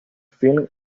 film